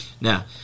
Now